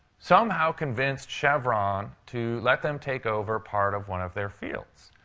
somehow convinced chevron to let them take over part of one of their fields.